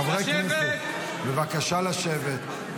חברי הכנסת, בבקשה לשבת.